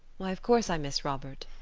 why, of course i miss robert.